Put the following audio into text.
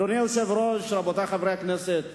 אדוני היושב-ראש, רבותי חברי הכנסת,